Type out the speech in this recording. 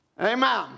Amen